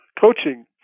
coaching